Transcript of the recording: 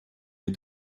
les